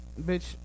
bitch